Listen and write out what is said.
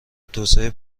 توسعه